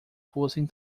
fossem